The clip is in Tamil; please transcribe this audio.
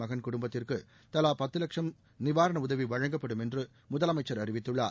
மகன் குடும்பத்திற்கு தலா பத்து லட்சும் நிவாரண உதவி வழங்கப்படும் என்ற முதலமைச்சா் அறிவித்துள்ளார்